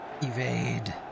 Evade